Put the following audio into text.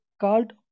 called